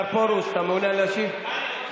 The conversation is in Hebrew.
בבקשה.